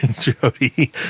Jody